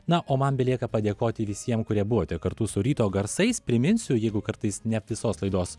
na o man belieka padėkoti visiem kurie buvote kartu su ryto garsais priminsiu jeigu kartais ne visos laidos